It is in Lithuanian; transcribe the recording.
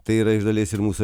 tai yra iš dalies ir mūsų